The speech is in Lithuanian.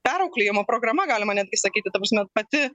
perauklėjimo programa galima netgi sakyti ta prasme pati